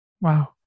Wow